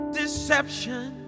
deception